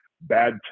bad